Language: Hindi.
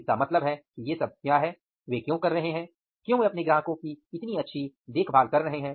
इसका मतलब है कि ये सब क्या है वे क्यों कर रहे हैं क्यों वे अपने ग्राहक की इतनी अच्छी देखभाल कर रहे हैं